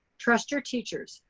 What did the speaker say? trust your teachers.